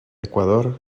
ecuador